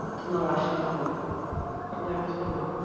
tomorrow, i shall go home to where i was born.